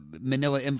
manila –